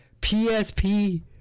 PSP